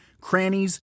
crannies